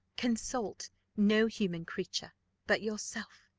consult no human creature but yourself.